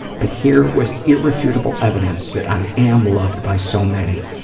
but here was irrefutable evidence that i am loved by so many.